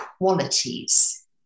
qualities